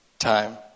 time